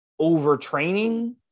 overtraining